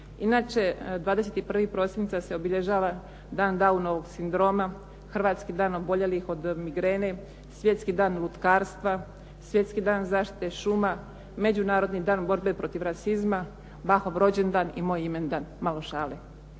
Inače, 21. prosinca se obilježava Dan Downovog sindroma, hrvatski Dan oboljelih od migrene, Svjetski dan lutkarstva, Svjetski dan zaštite šuma, Međunarodni dan borbe protiv rasizma, Bachov rođendan i moj imendan. Malo šale!